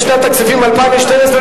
לשנת הכספים 2012,